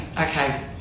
Okay